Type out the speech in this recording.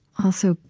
also,